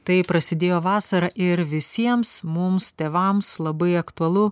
tai prasidėjo vasara ir visiems mums tėvams labai aktualu